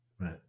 Right